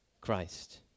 Christ